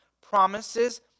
promises